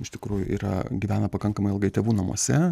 iš tikrųjų yra gyvena pakankamai ilgai tėvų namuose